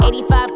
85